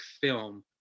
film